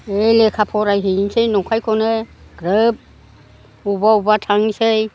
नै लेखा फरायहैनोसै नंखायखौ ग्रोब बबावबा बबावबा थांनोसै